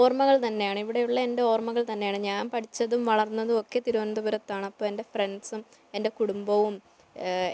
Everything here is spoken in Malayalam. ഓർമ്മകൾ തന്നെയാണ് ഇവിടെയുള്ള എൻ്റെ ഓർമ്മകൾ തന്നെയാണ് ഞാൻ പഠിച്ചതും വളർന്നതും ഒക്കെ തിരുവനന്തപുരത്താണ് അപ്പം എൻ്റെ ഫ്രണ്ട്സും എൻ്റെ കുടുംബവും